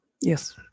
Yes